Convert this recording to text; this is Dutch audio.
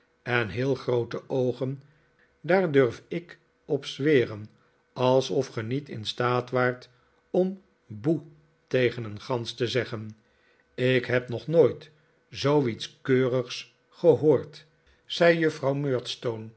en heel groote oogen daar durf ik op zweren alsof ge niet in staat waart om boe tegen een gans te zeggen ik neb nog nooit zoo iets keurigs gehoord zei juffrouw